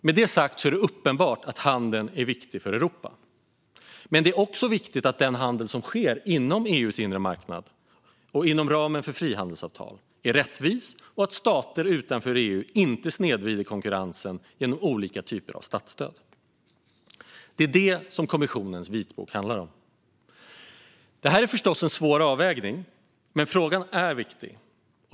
Med det sagt är det uppenbart att handeln är viktig för Europa, men det är också viktigt att den handel som sker inom EU:s inre marknad och inom ramen för frihandelsavtal är rättvis samt att stater utanför EU inte snedvrider konkurrensen genom olika typer av statsstöd. Det är det kommissionens vitbok handlar om. Detta är förstås en svår avvägning, men frågan är viktig.